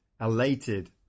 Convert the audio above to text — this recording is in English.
elated